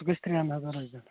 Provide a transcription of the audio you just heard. سُہ گژھِ ترٛٮ۪ن ہتَن رۄپیَن